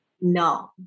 no